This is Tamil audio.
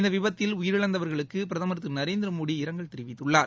இந்தவிபத்தில் உயிரிழந்தவர்களுக்குபிரதமர் திருநரேந்திரமோடி இரங்கல் தெரிவித்துள்ளார்